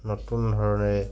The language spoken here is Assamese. নতুন ধৰণেৰে